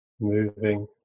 moving